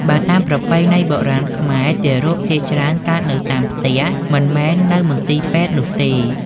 បើតាមប្រពៃណីបុរាណខ្មែរ ទារកភាគច្រើនកើតនៅតាមផ្ទះ មិនមែននៅមន្ទីរពេទ្យនោះទេ។